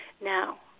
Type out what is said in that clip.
now